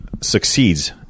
succeeds